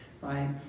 right